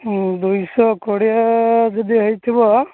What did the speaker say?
ଦୁଇଶହ କୋଡ଼ିଏ ଯଦି ହେଇଥିବ